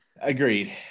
Agreed